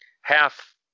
half